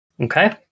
Okay